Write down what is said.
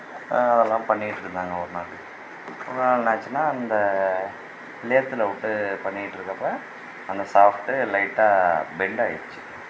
அதெல்லாம் பண்ணிக்கிட்டுருந்தேங்க ஒரு நாள் அப்பறம் என்னாச்சுன்னா அந்த லேத்தில் விட்டு பண்ணிக்கிட்டுருக்கப்போ அந்த ஷாஃப்ட்டு லைட்டாக பெண்ட் ஆயிடுச்சு